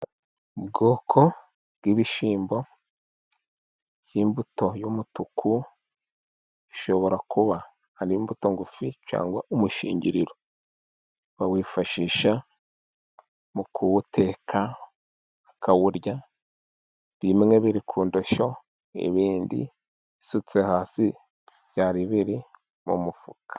Ubwoko bw'ibishyimbo by'imbuto y'umutuku, ishobora kuba ari imbuto ngufi cyangwa umushingiriro, bawifashisha mu kuwuteka, bakawurya. Bimwe biri ku ndosho, ibindi bisutse hasi, byari biri mu mufuka